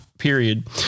period